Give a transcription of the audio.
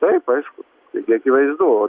taip aišku taigi akivaizdu